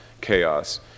chaos